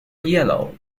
yellow